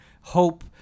hope